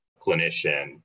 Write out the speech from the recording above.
clinician